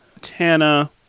Tana